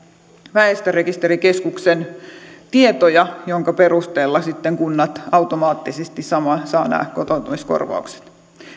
väestörekisterikeskuksen tietoja joiden perusteella sitten kunnat automaattisesti saavat nämä kotoutumiskorvaukset